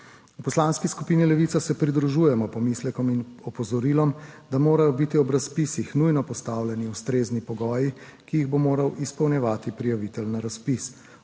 V Poslanski skupini Levica se pridružujemo pomislekom in opozorilom, da morajo biti ob razpisih nujno postavljeni ustrezni pogoji, ki jih bo moral izpolnjevati prijavitelj na razpis,